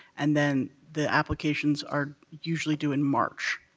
and then the applications are usually due in march.